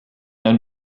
ein